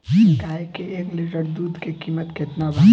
गाए के एक लीटर दूध के कीमत केतना बा?